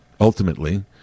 ultimately